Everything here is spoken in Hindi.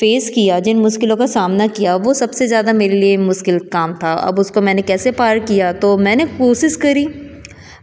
फेस किया जिन मुश्किलों का सामना किया वह सबसे ज़्यादा मेरे लिए मुश्किल काम था अब उसको मैंने कैसे पार किया तो मैंने कोशिश की